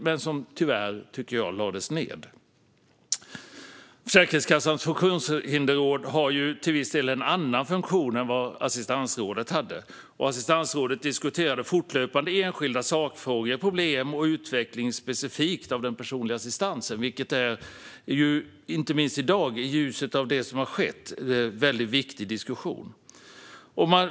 Det lades tyvärr, tycker jag, ned. Försäkringskassans funktionshindersråd har till viss del en annan funktion än vad assistansrådet hade. Assistansrådet diskuterade fortlöpande enskilda sakfrågor, problem och utveckling specifikt av den personliga assistansen. Det är inte minst i dag, i ljuset av det som har skett, en väldigt viktig diskussion.